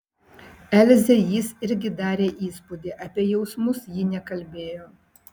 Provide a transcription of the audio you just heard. elzei jis irgi darė įspūdį apie jausmus ji nekalbėjo